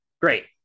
Great